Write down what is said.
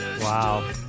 Wow